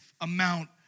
amount